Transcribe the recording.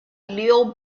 leo